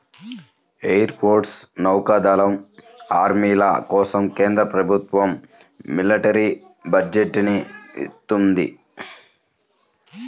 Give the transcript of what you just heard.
air force, నౌకా దళం, ఆర్మీల కోసం కేంద్ర ప్రభుత్వం మిలిటరీ బడ్జెట్ ని ఇత్తంది